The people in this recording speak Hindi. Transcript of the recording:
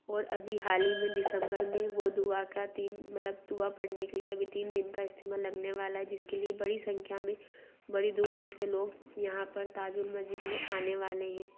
और अभी हाल ही में दिसम्बर में वो दुआ का तीन मतलब दुआ पड़ने के लिए अभी तीन दिन का इज्तिमा लगने वाला हे जिस के लिए बड़ी संख्या में बड़ी दूर दूर से लोग यहाँ पर ताजुल मस्जिद में आने वाले हें